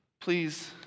Please